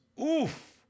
Oof